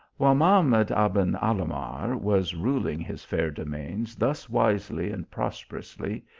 while mahamad aben alahmar was ruling his fair domains thus wisely and prosperously,